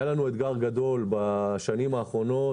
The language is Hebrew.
היה לנו אתגר גדול בשנים האחרונות,